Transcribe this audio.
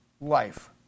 life